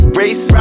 race